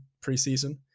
preseason